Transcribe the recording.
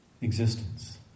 existence